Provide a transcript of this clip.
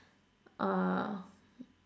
uh